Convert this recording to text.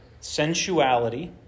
sensuality